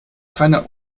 keiner